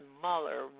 Mueller